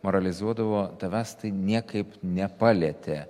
moralizuodavo tavęs tai niekaip nepalietė